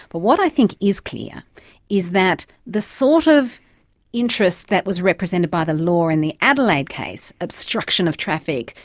but what i think is clear is that the sort of interest that was represented by the law in the adelaide case obstruction of traffic,